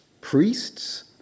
Priests